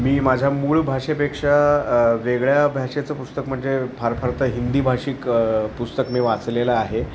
मी माझ्या मूळ भाषेपेक्षा वेगळ्या भाषेचं पुस्तक म्हणजे फार फार तर हिंदी भाषिक पुस्तक मी वाचलेलं आहे